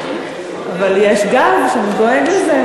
אבל יש גב שדואג לזה,